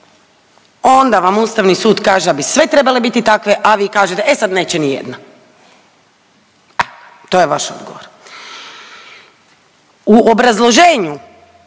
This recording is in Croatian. onda vam Ustavni sud kaže da bi sve trebale biti takve, a vi kažete e sad neće ni jedna. To je vaš odgovor. U obrazloženju